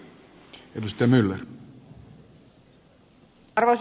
arvoisa puhemies